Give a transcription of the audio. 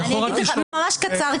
אני רוצה לומר בקצרה,